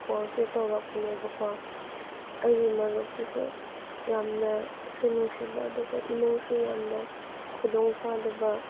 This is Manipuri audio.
ꯀꯣꯜꯁꯦ ꯇꯧꯔꯛꯄꯅꯦꯕ ꯀꯣ ꯑꯩꯒꯤ ꯃꯔꯨꯞꯇꯨꯁꯨ ꯌꯥꯝꯅꯁꯨ ꯅꯨꯡꯁꯤꯕ ꯑꯗꯨꯒ ꯏꯃꯨꯡꯁꯨ ꯌꯥꯝꯅ ꯈꯨꯗꯣꯡ ꯆꯥꯗꯕ